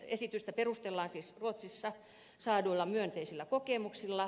esitystä perustellaan siis ruotsissa saaduilla myönteisillä kokemuksilla